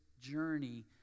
journey